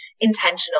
intentional